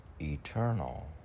eternal